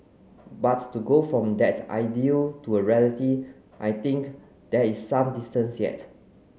but to go from that ideal to a reality I think there is some distance yet